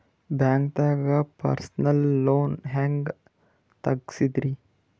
ಬ್ಯಾಂಕ್ದಾಗ personal loan ಹೆಂಗ್ ತಗ್ಸದ್ರಿ?